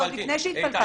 זה עוד לפני שהתפלפלתי,